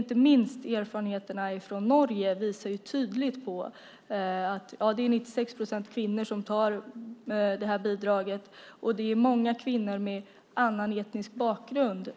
Inte minst erfarenheterna från Norge visar tydligt att det är 96 procent kvinnor som tar bidraget, och det är många kvinnor med annan etnisk bakgrund